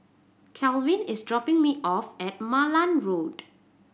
Kalvin is dropping me off at Malan Road